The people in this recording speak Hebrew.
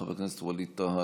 חבר הכנסת ווליד טאהא,